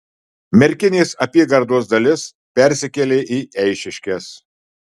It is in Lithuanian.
merkinės apygardos dalis persikėlė į eišiškes